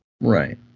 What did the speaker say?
Right